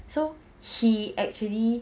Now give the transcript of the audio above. so he actually